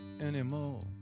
anymore